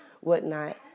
whatnot